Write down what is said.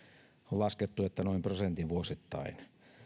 on laskettu että noin prosentin vuosittain